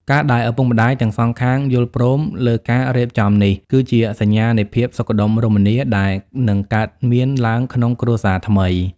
ការដែលឪពុកម្ដាយទាំងសងខាងយល់ព្រមលើការរៀបចំនេះ គឺជាសញ្ញានៃ "ភាពសុខដុមរមនា" ដែលនឹងកើតមានឡើងក្នុងគ្រួសារថ្មី។